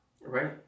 right